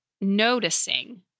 noticing